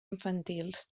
infantils